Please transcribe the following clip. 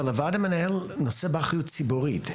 אבל הוועד המנהל נושא באחריות ציבורית,